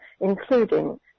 including